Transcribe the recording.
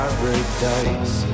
Paradise